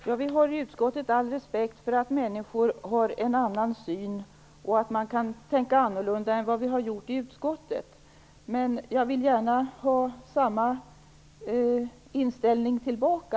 Herr talman! Vi i utskottet har all respekt för att människor har en annan syn och kan tänka på ett annat sätt än vi i utskottet. Men jag vill gärna så att säga ha samma inställning tillbaka.